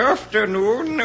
Afternoon